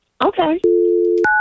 Okay